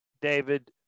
David